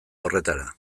horretara